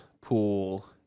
pool